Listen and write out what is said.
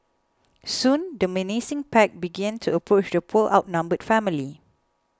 soon the menacing pack began to approach the poor outnumbered family